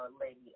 lady